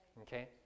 Okay